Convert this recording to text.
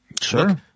Sure